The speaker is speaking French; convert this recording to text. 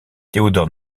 théodore